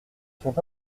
sont